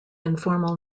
informal